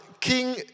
King